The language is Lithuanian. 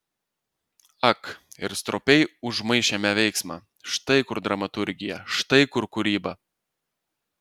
ak ir stropiai užmaišėme veiksmą štai kur dramaturgija štai kur kūryba